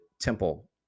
temple